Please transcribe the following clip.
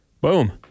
Boom